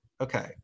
Okay